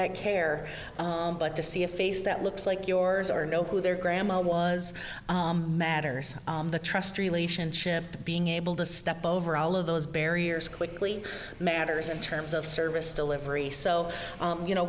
i care but to see a face that looks like yours or know who their grandma was matters the trust relationship being able to step over all of those barriers quickly matters in terms of service delivery so you know